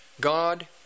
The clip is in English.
God